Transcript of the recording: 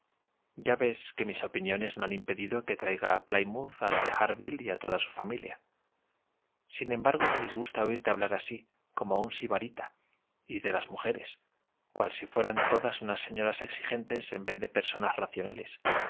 ya ves que mis opiniones no han impedido que traiga a plymouth a la de harville y a toda su familia sin embargo me disgusta oirte hablar así como un sibarita y de las mujeres cual si fuerati todas unas señoras exigentes en vez de personas racionales